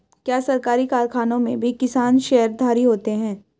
क्या सरकारी कारखानों में भी किसान शेयरधारी होते हैं?